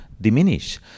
diminish